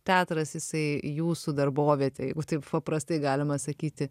teatras jisai jūsų darbovietė jeigu taip paprastai galima sakyti